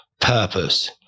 purpose